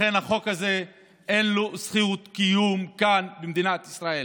החוק הזה, אין לו זכות קיום כאן במדינת ישראל.